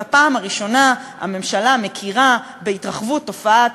בפעם הראשונה הממשלה מכירה בהתרחבות תופעת